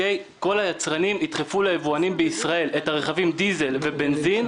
כל היצרנים ידחפו ליבואנים בישראל את רכבי הדיזל והבנזין,